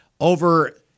over